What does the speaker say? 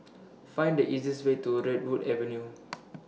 Find The eastest Way to Redwood Avenue